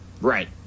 Right